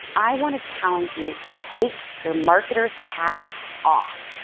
i wanna challenge you to take your marketer's hat off.